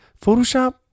Photoshop